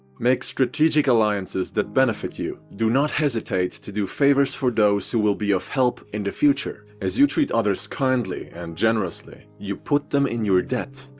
make strategic alliances that benefit you. do not hesitate to do favors for those who will be of help in the future. as you treat others kindly and generously, you put them in your debt.